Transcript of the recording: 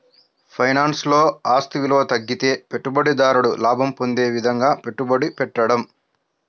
ఫైనాన్స్లో, ఆస్తి విలువ తగ్గితే పెట్టుబడిదారుడు లాభం పొందే విధంగా పెట్టుబడి పెట్టడం